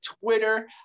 twitter